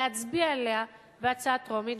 להצביע עליה בהצעה טרומית,